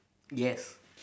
yes